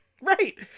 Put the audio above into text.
Right